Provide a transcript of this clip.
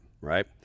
Right